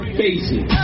faces